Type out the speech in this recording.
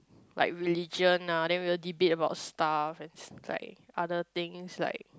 like religion ah and we will debate about stuff and s~ like other things like